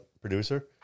producer